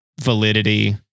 validity